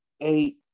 eight